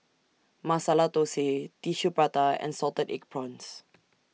Masala Thosai Tissue Prata and Salted Egg Prawns